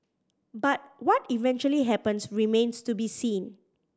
but what eventually happens remains to be seen